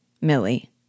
Millie